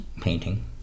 painting